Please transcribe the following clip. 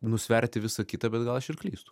nusverti visa kita bet gal aš ir klystu